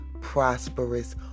prosperous